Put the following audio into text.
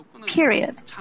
Period